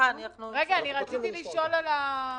אני רציתי לשאול מקודם,